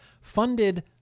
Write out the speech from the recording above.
funded